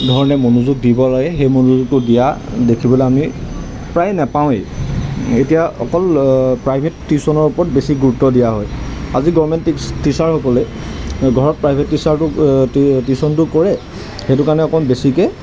ধৰণে মনোযোগ দিব লাগে সেই মনোযোগটো দিয়া দেখিবলৈ আমি প্ৰায় নেপাওঁৱেই এতিয়া অকল প্ৰাইভেট টিউশ্যনৰ ওপৰত বেছি গুৰুত্ব দিয়া হয় আজি গভৰ্ণমেণ্ট টী টীচাৰসকলে ঘৰত প্ৰাইভেট টীচাৰটোক টিউচনটো কৰে সেইটো কাৰণে অকণ বেছিকৈ